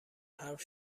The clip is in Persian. حرف